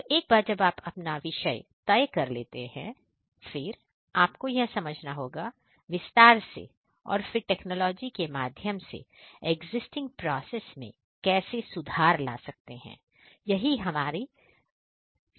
तो एक बार जब आप अपना विषय तैय कर लेते हैं फिर आपको यह समझना होगा विस्तार से और फिर टेक्नोलॉजि प्रोसेस में कैसे सुधार ला सकते हैं यह समझना होगा